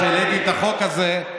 כשהעליתי את החוק הזה,